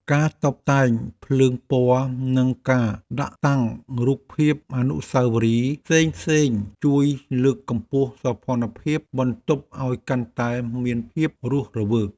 ការតុបតែងភ្លើងពណ៌និងការដាក់តាំងរូបភាពអនុស្សាវរីយ៍ផ្សេងៗជួយលើកកម្ពស់សោភ័ណភាពបន្ទប់ឱ្យកាន់តែមានភាពរស់រវើក។